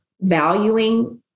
valuing